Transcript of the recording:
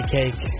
cake